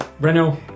Renault